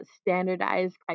standardized